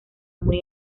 muy